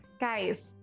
Guys